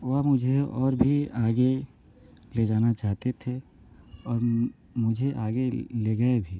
वह मुझे और भी आगे ले जाना चाहते थे और मुझे आगे ले गए भी